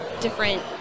different